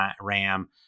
RAM